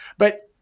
but